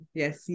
yes